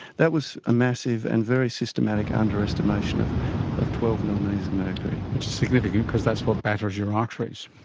that was a massive and very systematic underestimation of of twelve millimetres of mercury. which is significant because that's what batters your arteries.